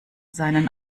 seinen